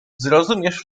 zrozumiesz